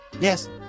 Yes